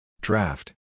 Draft